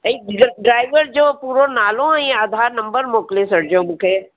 बई डिज ड्राइवर जो पूरो नालो ऐं आधार नम्बर मोकिले छॾिजो मूंखे